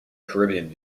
caribbean